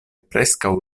preskaŭ